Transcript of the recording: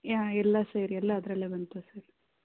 ಎಲ್ಲ ಸೇರಿ ಎಲ್ಲ ಅದರಲ್ಲೇ ಬಂತು ಸರ್